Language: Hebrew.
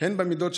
והן במידות,